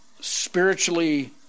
spiritually